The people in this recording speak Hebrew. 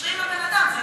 מתקשרים לבן-אדם.